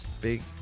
Big